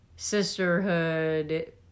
sisterhood